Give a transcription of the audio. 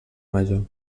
major